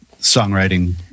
songwriting